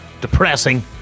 depressing